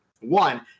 one